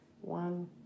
one